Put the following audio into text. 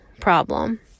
problem